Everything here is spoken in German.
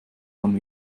von